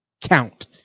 count